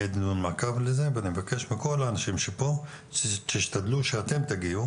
יהיה דיון מעקב לזה ואני מבקש מכל האנשים שפה תשתדלו שאתם תגיעו